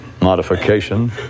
modification